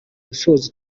gusoza